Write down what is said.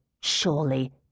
surely